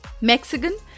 Mexican